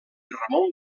ramon